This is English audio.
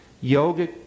yoga